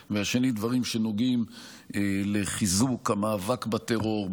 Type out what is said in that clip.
2. דברים שנוגעים לחיזוק המאבק בטרור,